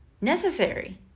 necessary